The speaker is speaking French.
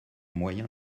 moyen